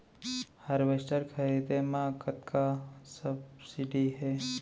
Harvester खरीदे म कतना सब्सिडी हे?